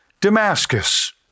Damascus